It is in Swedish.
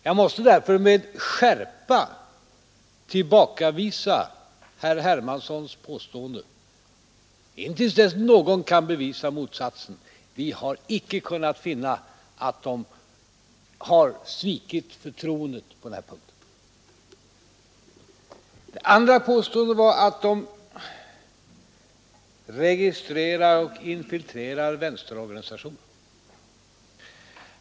Jag måste därför med skärpa tillbakavisa herr Hermanssons påstående intill dess någon kan bevisa motsatsen. Vi har icke kunnat finna att underrättelsetjänsten har svikit förtroendet på den här punkten. Det andra påståendet var att underrättelsetjänsten registrerar och infiltrerar vänsterorganisationerna.